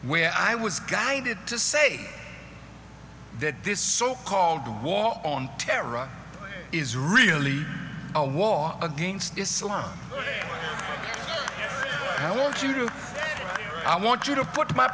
where i was guided to say that this so called war on terror is really a war against islam and i want you to i want you to put my